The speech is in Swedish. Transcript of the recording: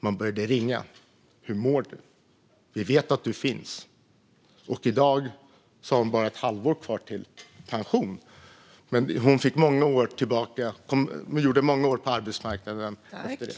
Man började ringa och säga: Hur mår du? Vi vet att du finns! I dag har hon bara ett halvår kvar till pension, men hon gjorde många år på arbetsmarknaden efter det.